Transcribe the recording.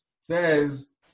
says